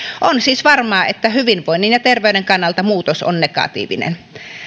on siis varmaa että hyvinvoinnin ja terveyden kannalta muutos on negatiivinen